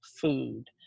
food